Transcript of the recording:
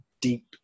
deep